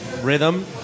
rhythm